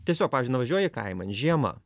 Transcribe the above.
tiesio pažiui nuvažiuoji kaiman žiema